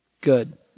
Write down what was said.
Good